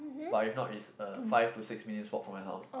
but if not it's a five to six minutes walk from my house